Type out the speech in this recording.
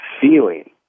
Feeling